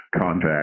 contact